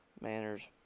manners